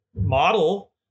model